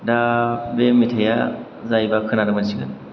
दा बे मेथाइया जायोबा खोनानो मोनसिगोन